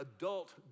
adult